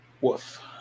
woof